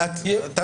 אתה יכול לחפש.